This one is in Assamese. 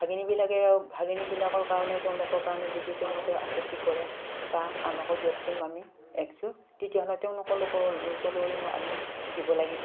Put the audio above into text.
ভাগিনীবিলাকে ভাগিনীবিলাকৰ কাৰণেও তেওঁলোকৰ কাৰণে যদি তেওঁলোকে আপত্তি কৰে বা আমাকো দিয়কচোন মামী একযোৰ তেতিয়াহ'লে তেওঁলোকৰ লোকলৈ আমি দিব লাগিব